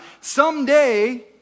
someday